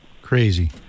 Crazy